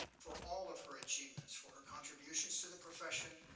for all of her achievements, for her contributions to the profession,